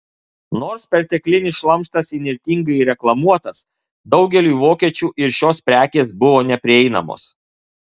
nors perteklinis šlamštas įnirtingai reklamuotas daugeliui vokiečių ir šios prekės buvo neprieinamos